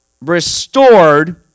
restored